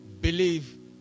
believe